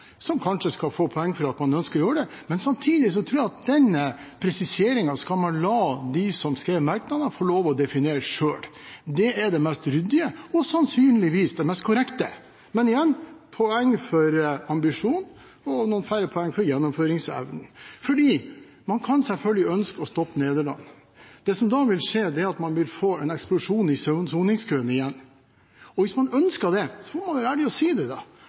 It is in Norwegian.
få poeng for at man ønsker å gjøre det. Samtidig tror jeg at man skal la de som skrev merknadene få lov til å definere denne presiseringen selv. Det er det mest ryddige og sannsynligvis det mest korrekte. Men igjen: Poeng for ambisjonen og noen færre poeng for gjennomføringsevnen, fordi man kan selvfølgelig ønske å stoppe soningsoverføring til Nederland, men det som da vil skje, er at man vil få en eksplosjon i soningskøene igjen. Og hvis man ønsker det, må man være ærlig og si det,